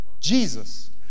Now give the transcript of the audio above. Jesus